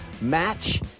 match